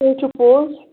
تہِ ہَے چھُ پوٚز